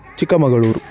Chikmagalur